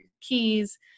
keys